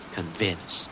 Convince